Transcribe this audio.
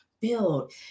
build